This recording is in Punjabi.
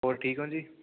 ਹੋਰ ਠੀਕ ਓ ਜੀ